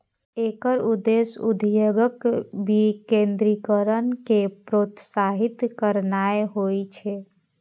एकर उद्देश्य उद्योगक विकेंद्रीकरण कें प्रोत्साहित करनाय होइ छै